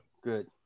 good